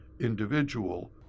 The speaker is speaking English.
individual